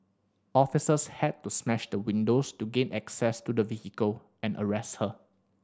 officers had to smash the windows to gain access to the vehicle and arrest her